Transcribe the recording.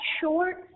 short